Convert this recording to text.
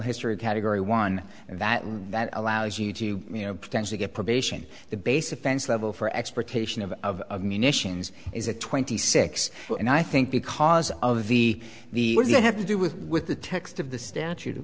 history category one that that allows you to you know potentially get probation the base offense level for expertise of munitions is a twenty six and i think because of the we have to do with with the text of the statute